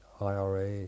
IRA